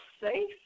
safe